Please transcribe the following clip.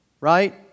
right